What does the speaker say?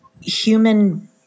human